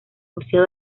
museo